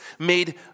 made